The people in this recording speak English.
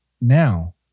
now